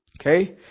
Okay